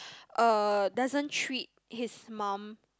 uh doesn't treat his mum